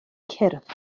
cyrff